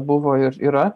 buvo ir yra